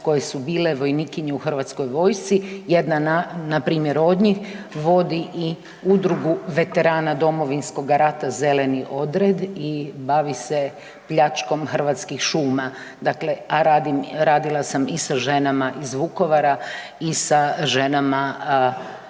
koje su bile vojnikinje u Hrvatskoj vojsci, jedna npr. od njih vodi i udrugu veterana Domovinskoga rata Zeleni odred i bavi se pljačkom hrvatskih šuma, a dakle, a radim, radila sam i sa ženama iz Vukovara i sa ženama iz